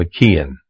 McKeon